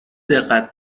دقت